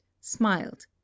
smiled